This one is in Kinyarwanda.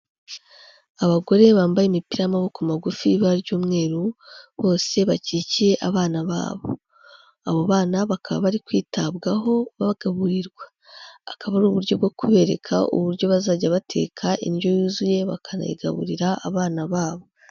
Abagore bambaye imipira y'amaboko magufi y'ibara ry'umweru bose bakigikiye abana babo, abo bana bakaba bari kwitabwaho bagaburirwa, akaba ar'uburyo bwo kubereka uburyo bazajya bateka indyo yuzuye bakanayigaburira abana babo.